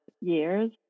years